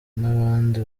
n’abandi